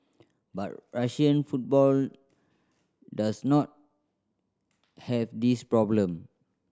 but Russian football does not have this problem